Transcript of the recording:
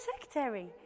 secretary